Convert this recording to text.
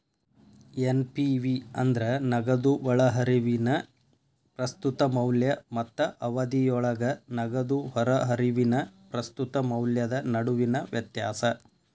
NPV ಅಂದ್ರ ನಗದು ಒಳಹರಿವಿನ ಪ್ರಸ್ತುತ ಮೌಲ್ಯ ಮತ್ತ ಅವಧಿಯೊಳಗ ನಗದು ಹೊರಹರಿವಿನ ಪ್ರಸ್ತುತ ಮೌಲ್ಯದ ನಡುವಿನ ವ್ಯತ್ಯಾಸ